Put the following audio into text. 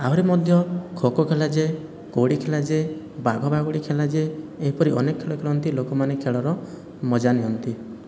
ଆହୁରି ମଧ୍ୟ ଖୋଖୋ ଖେଳା ଯାଏ କଉଡ଼ି ଖେଳା ଯାଏ ବାଘ ବାଗୁଡ଼ି ଖେଳା ଯାଏ ଏହିପରି ଅନେକ ଖେଳ ଖେଳନ୍ତି ଲୋକମାନେ ଖେଳର ମଜା ନିଅନ୍ତି